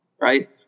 right